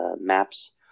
maps